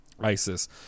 ISIS